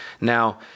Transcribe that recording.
Now